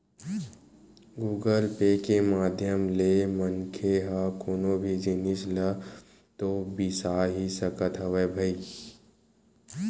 Google Pay के माधियम ले मनखे ह कोनो भी जिनिस ल तो बिसा ही सकत हवय भई